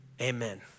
Amen